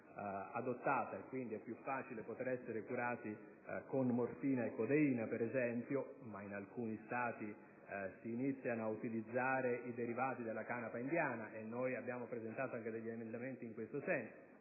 ora, è più facile essere curati con morfina e codeina, ad esempio. In alcuni Stati, inoltre, si iniziano ad utilizzare i derivati della canapa indiana (e noi abbiamo presentato anche degli emendamenti in questo senso).